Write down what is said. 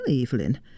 Evelyn